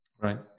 Right